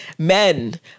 Men